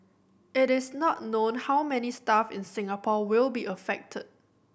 it is not known how many staff in Singapore will be affected